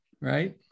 right